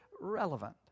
relevant